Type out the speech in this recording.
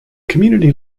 community